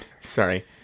Sorry